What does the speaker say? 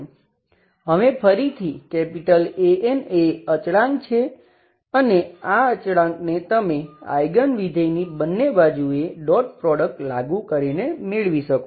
હવે ફરીથી An એ અચળાંક છે અને આ અચળાંકને તમે આઈગન વિધેયની બંને બાજુએ ડોટ પ્રોડક્ટ લાગુ કરીને મેળવી શકો છો